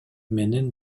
менин